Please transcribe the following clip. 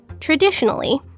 Traditionally